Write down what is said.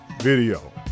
video